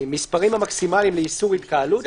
המספרים המקסימליים לאיסור התקהלות,